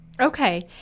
Okay